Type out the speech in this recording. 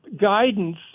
guidance